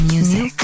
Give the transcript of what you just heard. Music